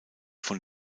von